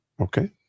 Okay